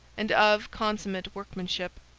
and of consummate workmanship.